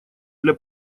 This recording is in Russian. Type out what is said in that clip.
для